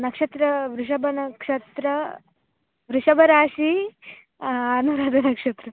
ನಕ್ಷತ್ರ ವೃಷಭ ನಕ್ಷತ್ರ ವೃಷಭ ರಾಶಿ ಅನುರಾಧಾ ನಕ್ಷತ್ರ